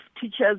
teachers